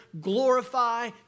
glorify